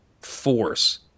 force